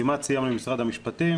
כמעט סיימנו עם משרד המשפטים.